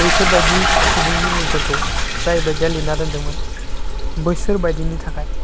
बैफोरबायदि सुबुंनि मुंफोरखौ जाय बायदिया लिरनानै दोनदोंमोन बैसोर बायदिनि थाखाय